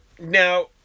Now